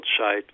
outside